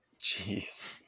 Jeez